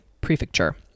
Prefecture